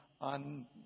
on